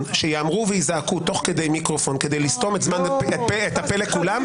שייאמרו וייזעקו במיקרופון כדי לסתום את הפה לכולם,